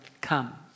come